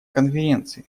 конференции